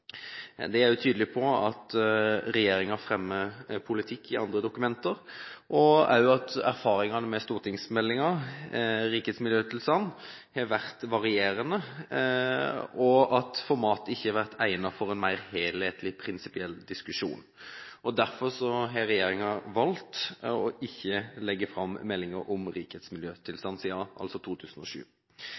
er også tydelige på at regjeringen fremmer politikk i andre dokumenter, at erfaringene med stortingsmeldingen om rikets miljøtilstand har vært varierende, og at formatet ikke har vært egnet for en mer helhetlig prinsipiell diskusjon. Derfor har regjeringen valgt ikke å legge fram melding om rikets miljøtilstand siden 2007.